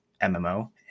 MMO